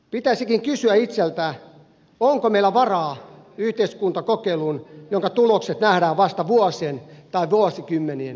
pitäisikin kysyä itseltä onko meillä varaa yhteiskuntakokeiluun jonka tulokset nähdään vasta vuosien tai vuosikymmenien kuluttua